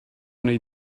wnei